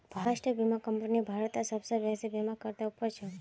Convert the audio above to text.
राष्ट्रीय बीमा कंपनी भारतत सबसे बेसि बीमाकर्तात उपर छ